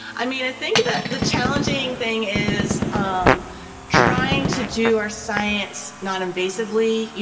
i mean, i think the the challenging thing is um trying to do our science non-invasively, you